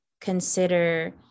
consider